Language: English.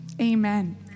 Amen